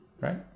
Right